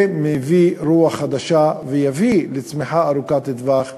זה מביא רוח חדשה ויביא לצמיחה ארוכת-טווח ולהצלחות.